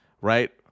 right